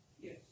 yes